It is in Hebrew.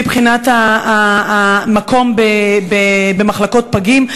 מבחינת המקום במחלקות פגים.